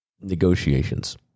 negotiations